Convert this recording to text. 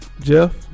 Jeff